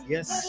Yes